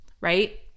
right